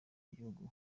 igihugu